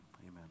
Amen